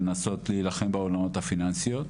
לנסות להילחם בהונאות הפיננסיות,